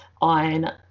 on